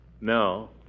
No